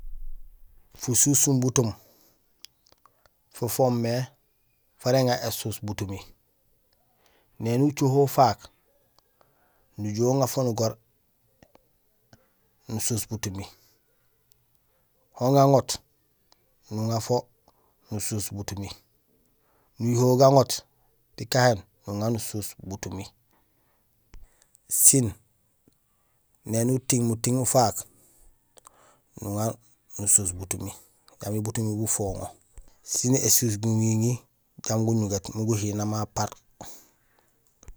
Fususum butum fo foomé fara éŋa ésuus butumi. Néni ucoho ufaak, nujuhé uŋa fo nugoor nusuus butumi, on gaŋoot nuŋa fo nusuus butumi, nuyuhowul gaŋoot tikahéén nuŋa nusuus butumi sin né i uting muting ufaak nuŋa nusuus butumi jambi butumi bufoŋo sin ésuus guŋiŋi jambi guñugét imbi guhina ma paar.